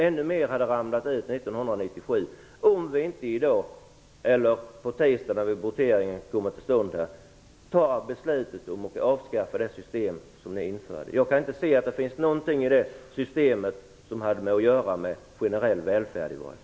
Ännu fler hade ramlat ur 1997 om vi inte i dag eller på tisdag, när voteringen sker, fattar beslut om att avskaffa det system som ni införde. Jag kan inte se att det finns någonting i det systemet som har med generell välfärd att göra.